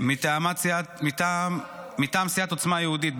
מטעם סיעת עוצמה יהודית,